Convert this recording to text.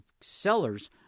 sellers